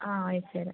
ആ അയച്ചു തരാം